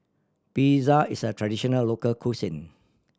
pizza is a traditional local cuisine